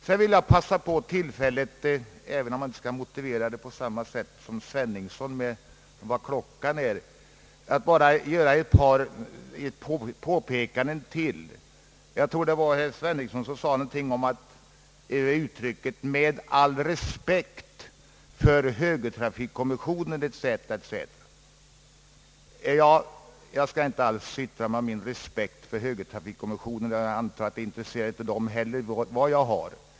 Jag vill passa på tillfället — även om jag inte kan motivera det på samma sätt som herr Sveningsson genom att tala om hur litet klockan är — att göra ett par påpekanden till. Jag tror det var herr Sveningsson som sade någonting om »med all respekt för högertrafikkommissionen» etc. Jag skall inte alls yttra mig om min respekt för högertrafikkommissionen, och jag antar att det inte heller intresserar den.